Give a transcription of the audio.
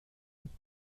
nicht